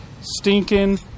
stinking